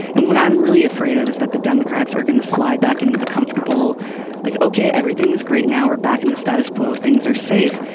and what i'm really afraid of is that the democrats are going to slide back into the comfortable like. ok. everything is great now we're back in the status quo things are safe.